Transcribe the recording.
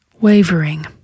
wavering